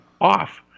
off